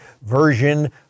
version